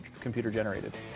computer-generated